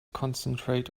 concentrate